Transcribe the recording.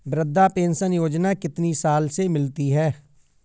वृद्धा पेंशन योजना कितनी साल से मिलती है?